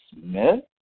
Smith